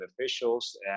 officials